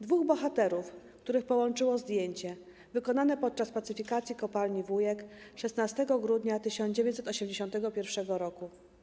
Dwóch bohaterów, których połączyło zdjęcie wykonane podczas pacyfikacji kopalni Wujek 16 grudnia 1981 r.